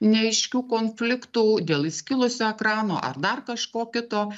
neaiškių konfliktų dėl įskilusio ekrano ar dar kažko kito